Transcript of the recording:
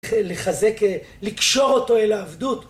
לחזק, לקשור אותו אל העבדות